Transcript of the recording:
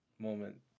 Moment